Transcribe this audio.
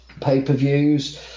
pay-per-views